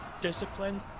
disciplined